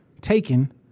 taken